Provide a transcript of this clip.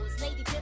Lady